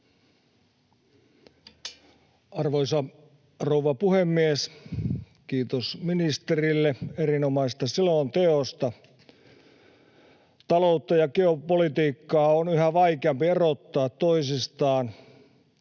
Arvoisa rouva puhemies! Kiitos ministerille erinomaisesta selonteosta. — Taloutta ja geopolitiikkaa on yhä vaikeampi erottaa toisistaan,